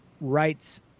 rights